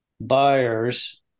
buyers